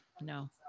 no